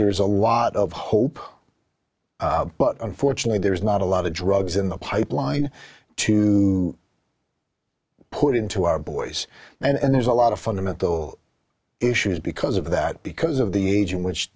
deers a lot of hope but unfortunately there's not a lot of drugs in the pipeline to put into our boys and there's a lot of fundamental issues because of that because of the aging which